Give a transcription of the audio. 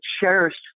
cherished